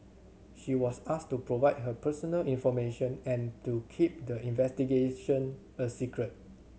she was asked to provide her personal information and to keep the investigation a secret